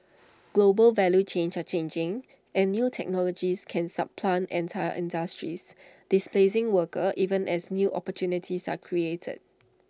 global value chains are changing and new technologies can supplant entire industries displacing workers even as new opportunities are created